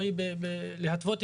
המשפט.